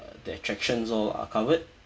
the attractions all are covered